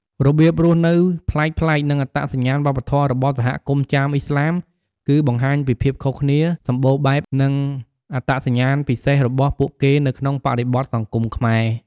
របៀបរស់នៅប្លែកៗ និងអត្តសញ្ញាណវប្បធម៌របស់សហគមន៍ចាមឥស្លាម គឺបង្ហាញពីភាពខុសគ្នា សម្បូរបែប និងអត្តសញ្ញាណពិសេសរបស់ពួកគេនៅក្នុងបរិបទសង្គមខ្មែរ។